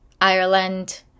Ireland